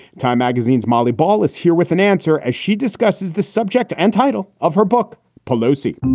time magazine's molly ball is here with an answer as she discusses the subject and title of her book pelosi,